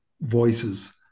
voices